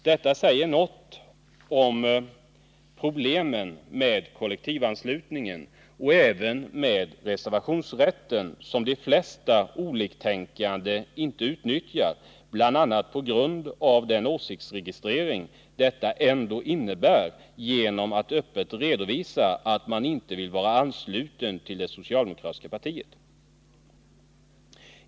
Detta säger något om problemen med kollektivanslutningen, trots reservationsrätten, som de flesta oliktänkande inte utnyttjar, bl.a. på grund av att det medför risk för åsiktsregistrering att öppet redovisa att man inte vill vara ansluten till det socialdemokratiska partiet.